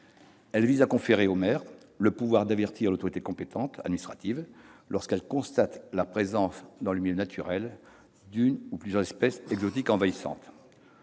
Elle vise à conférer au maire le pouvoir d'avertir l'autorité administrative compétente lorsqu'il constate la présence dans le milieu naturel d'une ou plusieurs espèces exotiques envahissantes.